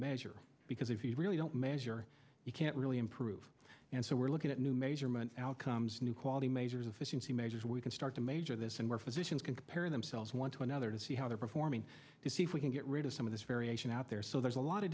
measure because if you really don't measure you can't really improve and so we're looking at new measurement outcomes new quality majors efficiency measures we can start to major this and where physicians can compare themselves one to another to see how they're performing to see if we can get rid of some of this variation out there so there's a lot of